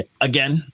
again